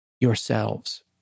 yourselves